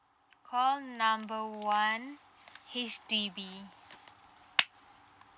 call number one H_D_B